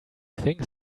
think